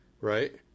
Right